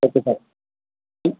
தொட்டுக்க ம்